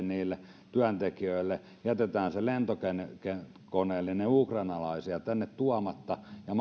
niille työntekijöille työttömyysturvan edelleen jätämme sen lentokoneellisen ukrainalaisia tänne tuomatta ja